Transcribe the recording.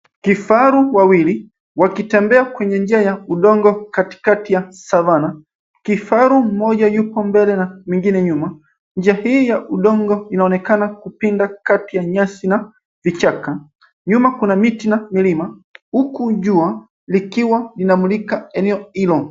Kifaru wawili wakitembea kwenye njia ya udongo katikati ya savannah .Kifaru mmoja yupo mbele na mwingine nyuma. Njia hii ya udongo inaonekana kupinda kati ya nyasi na vichaka. Nyuma kuna miti na milima huku jua likiwa linamulika eneo hilo.